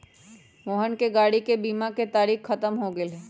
मोहन के गाड़ी के बीमा के तारिक ख़त्म हो गैले है